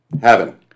heaven